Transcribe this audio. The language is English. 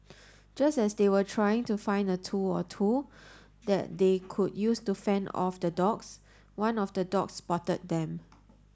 just as they were trying to find a tool or two that they could use to fend off the dogs one of the dogs spotted them